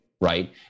right